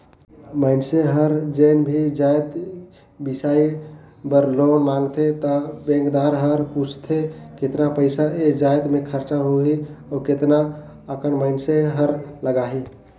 मइनसे हर जेन भी जाएत बिसाए बर लोन मांगथे त बेंकदार हर पूछथे केतना पइसा ए जाएत में खरचा होही अउ केतना अकन मइनसे हर लगाही